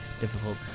difficult